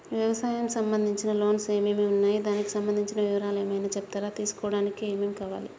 వ్యవసాయం సంబంధించిన లోన్స్ ఏమేమి ఉన్నాయి దానికి సంబంధించిన వివరాలు ఏమైనా చెప్తారా తీసుకోవడానికి ఏమేం కావాలి?